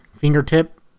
Fingertip